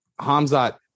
Hamzat